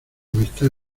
amistad